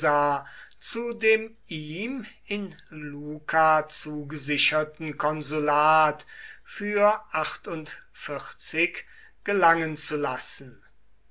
zu dem ihm in luca zugesicherten konsulat für gelangen zu lassen